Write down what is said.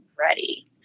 ready